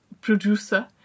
producer